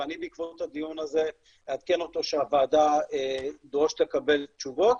ואני בעקבות הדיון הזה אעדכן אותו שהוועדה דורשת לקבל תשובות,